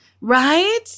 Right